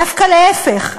דווקא להפך,